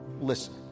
listen